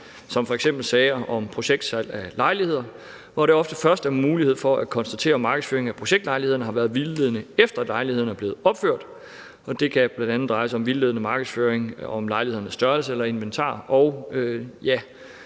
f.eks. sager om projektsalg af lejligheder, hvor der ofte først er mulighed for at konstatere, om markedsføringen af projektlejlighederne har været vildledende, efter at lejligheden er blevet opført. Det kan bl.a. dreje sig om vildledende markedsføring af lejlighedens størrelse eller inventar